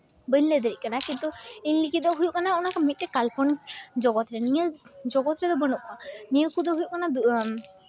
ᱵᱟᱹᱧ ᱞᱟᱹᱭ ᱫᱟᱲᱮᱭᱟᱜ ᱠᱟᱱᱟ ᱠᱤᱱᱛᱩ ᱤᱧ ᱞᱟᱹᱜᱤᱫ ᱫᱚ ᱦᱩᱭᱩᱜ ᱠᱟᱱᱟ ᱚᱱᱟᱠᱚ ᱢᱤᱫᱴᱮᱡ ᱠᱟᱞᱯᱚᱱᱤᱠ ᱡᱚᱜᱚᱛ ᱨᱮ ᱱᱤᱭᱟᱹ ᱡᱚᱜᱚᱛ ᱨᱮᱫᱚ ᱵᱟᱹᱱᱩᱜ ᱠᱚᱣᱟ ᱱᱤᱭᱟᱹ ᱠᱚᱫᱚ ᱦᱩᱭᱩᱜ ᱠᱟᱱᱟ